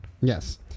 Yes